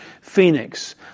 Phoenix